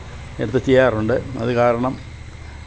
എടുത്ത് ചെയ്യാറുണ്ട് അത് കാരണം